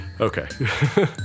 okay